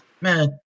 man